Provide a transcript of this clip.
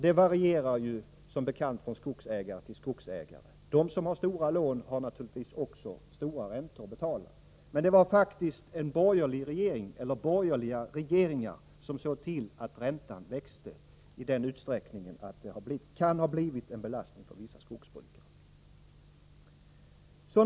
Det varierar som bekant från skogsägare till skogsägare — de som har stora lån har naturligtvis också höga räntor att betala. Men det var faktiskt borgerliga regeringar som såg till att räntan växte i en sådan utsträckning att den kan ha blivit en belastning för vissa skogsbrukare.